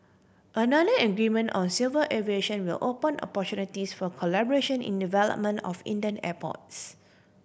another agreement on civil aviation will open opportunities for collaboration in development of Indian airports